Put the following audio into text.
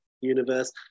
universe